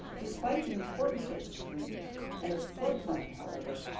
despite the importance of the stream and its flood plain however,